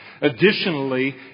Additionally